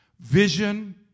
vision